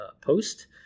post